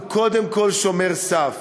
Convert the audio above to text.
הוא קודם כול שומר סף.